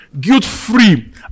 guilt-free